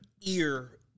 ear